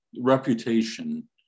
reputation